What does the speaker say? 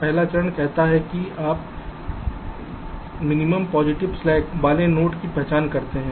पहला चरण कहता है कि आप न्यूनतम पॉजिटिव स्लैक वाले नोड की पहचान करते हैं